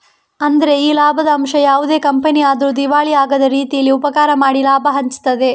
ಅಂದ್ರೆ ಈ ಲಾಭದ ಅಂಶ ಯಾವುದೇ ಕಂಪನಿ ಆದ್ರೂ ದಿವಾಳಿ ಆಗದ ರೀತೀಲಿ ಉಪಕಾರ ಮಾಡಿ ಲಾಭ ಹಂಚ್ತದೆ